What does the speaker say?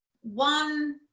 one